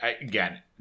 Again